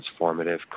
transformative